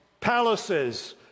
palaces